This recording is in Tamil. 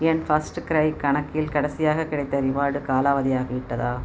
என் ஃபஸ்ட் கிரை கணக்கில் கடைசியாகக் கிடைத்த ரிவார்ட் காலாவதியாகிவிட்டதா